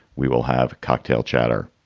we will have cocktail chatter.